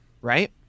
right